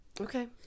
Okay